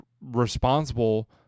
responsible